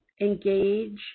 engage